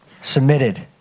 submitted